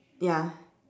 ya